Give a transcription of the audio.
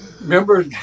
Remember